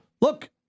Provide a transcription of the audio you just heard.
look